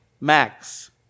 max